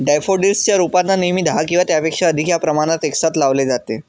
daffodils च्या रोपांना नेहमी दहा किंवा त्यापेक्षा अधिक या प्रमाणात एकसाथ लावले जाते